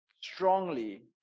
strongly